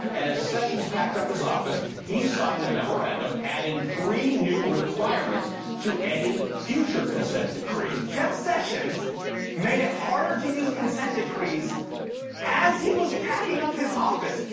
and as sessions packed up his office, he signed a memorandum adding three new requirements to any future consent decrees. jeff sessions made it harder to use consent decrees as he was packing up his office.